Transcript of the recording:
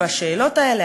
בשאלות האלה,